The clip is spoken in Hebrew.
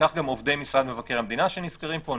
וכך גם עובדי משרד מבקר המדינה שנזכרים פה,